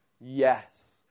Yes